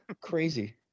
Crazy